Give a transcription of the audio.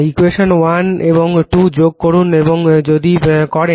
equation 1 এবং 2 যোগ করুন এবং যদি করেন